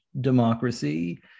democracy